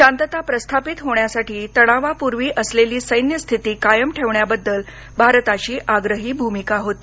शांतता प्रस्थापित होण्यासाठी तणावापूर्वी असलेली सैन्यस्थिती कायम ठेवण्याबद्दल भारताची आग्रही भूमिका होती